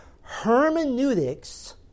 Hermeneutics